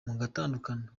mugatandukana